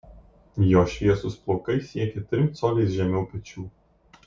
jo šviesūs plaukai siekia trim coliais žemiau pečių